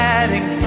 adding